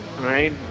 right